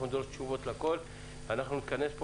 נתכנס פה